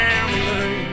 Family